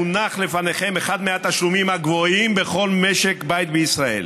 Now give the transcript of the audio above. מונח לפניכם אחד מהתשלומים הגבוהים בכל משק בית בישראל.